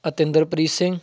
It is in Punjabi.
ਅਤਿੰਦਰਪ੍ਰੀਤ ਸਿੰਘ